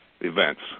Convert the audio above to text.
events